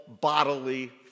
bodily